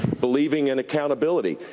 believing in accountability.